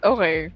Okay